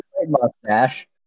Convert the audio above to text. mustache